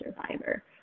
survivor